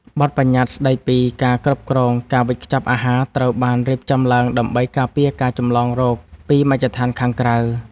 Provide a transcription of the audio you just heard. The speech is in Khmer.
បទប្បញ្ញត្តិស្ដីពីការគ្រប់គ្រងការវេចខ្ចប់អាហារត្រូវបានរៀបចំឡើងដើម្បីការពារការចម្លងរោគពីមជ្ឈដ្ឋានខាងក្រៅ។